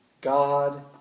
God